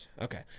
okay